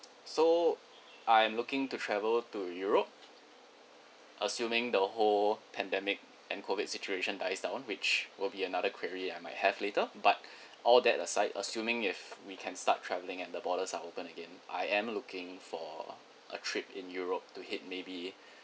so I'm looking to travel to europe assuming the whole pandemic and COVID situation dice down which will be another query I might have later but all that aside assuming if we can start traveling and the borders are open again I am looking for a trip in europe to head maybe